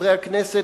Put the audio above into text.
חברי הכנסת,